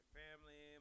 family